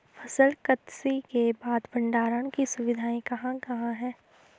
फसल कत्सी के बाद भंडारण की सुविधाएं कहाँ कहाँ हैं?